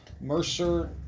Mercer